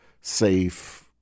safe